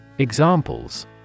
Examples